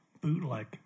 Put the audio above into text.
bootleg